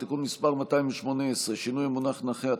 (תיקון מס' 218) (שינוי המונח נכה),